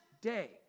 day